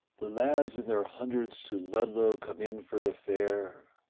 the lads in their hundreds to ludlow come in for the fair,